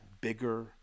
bigger